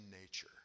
nature